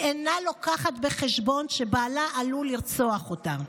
היא אינה לוקחת בחשבון שבעלה עלול לרצוח אותה.